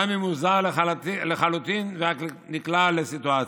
גם אם הוא זר לחלוטין ואך נקלע לסיטואציה.